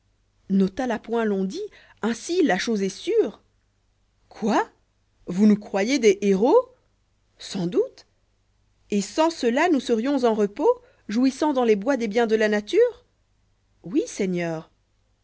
nos talapoiris l'ont dit ainsi la chose est sûre quoi vous nous croyez des héros sans doute et sans cela nous serions en repos jouissant dans les bois des biens de la nature oui seigneur